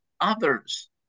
others